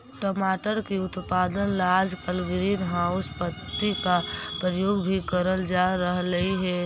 टमाटर की उत्पादन ला आजकल ग्रीन हाउस पद्धति का प्रयोग भी करल जा रहलई हे